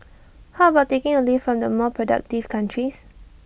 how about taking A leaf from the more productive countries